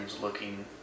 looking